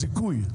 הוא יקבל זיכוי,